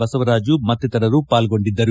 ಬಸವರಾಜು ಮತ್ತಿತರರು ಪಾಲ್ಗೊಂಡಿದ್ದರು